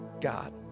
God